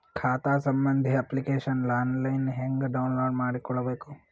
ಖಾತಾ ಸಂಬಂಧಿ application online ಹೆಂಗ್ ಡೌನ್ಲೋಡ್ ಮಾಡಿಕೊಳ್ಳಬೇಕು?